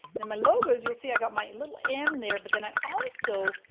then my logo, as you'll see, i got my little m there but then i also,